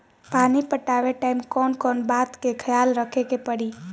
पानी पटावे टाइम कौन कौन बात के ख्याल रखे के पड़ी?